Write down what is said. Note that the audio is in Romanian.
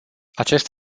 acest